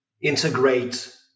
integrate